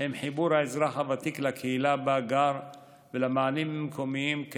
הם חיבור האזרח הוותיק לקהילה שבה הוא גר ולמענים מקומיים.